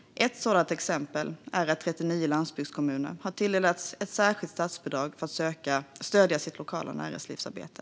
Ett sådant exempel är att 39 landsbygdskommuner har tilldelats ett särskilt statsbidrag för att stödja sitt lokala näringslivsarbete.